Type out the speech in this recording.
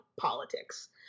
politics